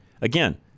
Again